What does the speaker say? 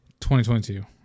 2022